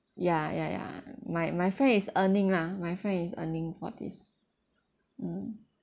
ya ya ya my my friend is earning lah my friend is earning for this mm